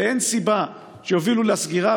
ואין סיבה שיובילו לסגירה,